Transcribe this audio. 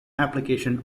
application